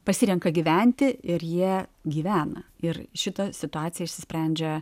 pasirenka gyventi ir jie gyvena ir šita situacija išsisprendžia